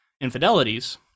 infidelities